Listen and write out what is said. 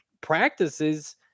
practices